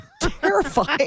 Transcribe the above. Terrifying